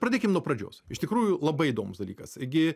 pradėkim nuo pradžios iš tikrųjų labai įdomus dalykas gi